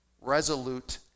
resolute